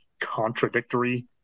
contradictory